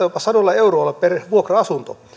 jopa sadoilla euroilla per vuokra asunto